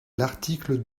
l’article